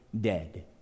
dead